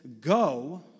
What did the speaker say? go